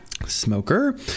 smoker